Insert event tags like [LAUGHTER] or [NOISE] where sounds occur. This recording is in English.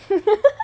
[LAUGHS]